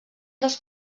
dels